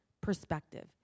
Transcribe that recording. perspective